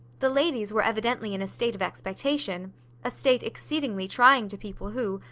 the ladies were evidently in a state of expectation a state exceedingly trying to people who,